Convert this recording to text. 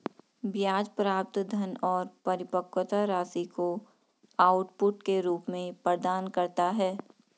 ब्याज प्राप्त धन और परिपक्वता राशि को आउटपुट के रूप में प्रदान करता है